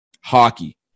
hockey